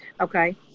Okay